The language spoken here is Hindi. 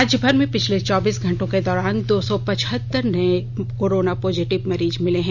राज्यभर में पिछले चौबीस घंटों के दौरान दो सौ पचहत्तर नये कोरोना पॉजिटव मरीज मिले है